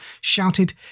shouted